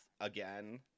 again